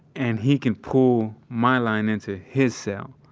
and he can pull my line into his cell.